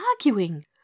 arguing